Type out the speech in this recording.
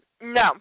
No